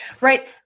right